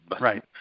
right